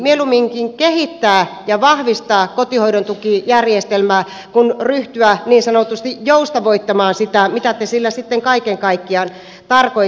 mieluumminkin kehittää ja vahvistaa kotihoidon tukijärjestelmää kuin ryhtyä niin sanotusti joustavoittamaan sitä mitä te sillä sitten kaiken kaikkiaan tarkoitittekaan